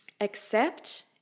accept